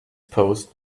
post